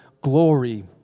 glory